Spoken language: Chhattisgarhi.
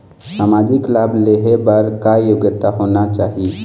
सामाजिक लाभ लेहे बर का योग्यता होना चाही?